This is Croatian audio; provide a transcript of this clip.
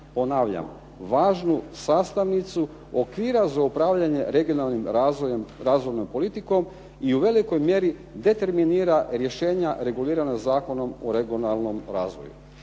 ponavljam važnu, sastavnicu okvira za upravljanje regionalnim razvojnom politikom i u velikoj mjeri determinira rješenja regulirana Zakonom o regionalnom razvoju.